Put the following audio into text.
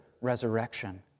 resurrection